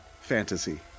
fantasy